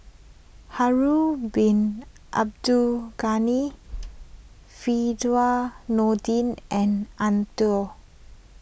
Harun Bin Abdul Ghani Firdaus Nordin and Eng Tow